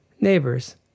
neighbors